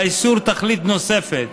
לאיסור תכלית נוספת